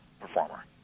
performer